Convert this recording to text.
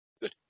Good